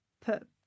put